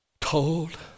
told